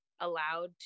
allowed